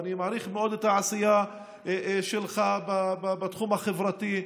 ואני מעריך מאוד את העשייה שלך בתחום החברתי: